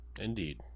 Indeed